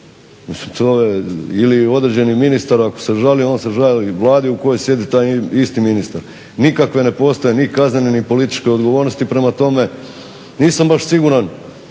Mislim, ili određeni ministar ako se žali, onda se žali Vladi u kojoj sjedi taj isti ministar. Nikakve ne postoje ni kaznene ni političke odgovornosti. Prema tome nisam baš siguran